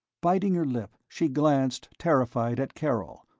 biting her lip, she glanced, terrified, at karol,